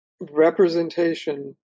representation